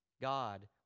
God